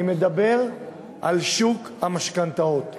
אני מדבר על שוק המשכנתאות.